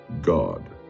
God